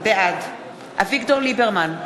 בעד אביגדור ליברמן,